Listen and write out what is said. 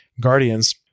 Guardians